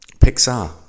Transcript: Pixar